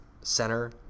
center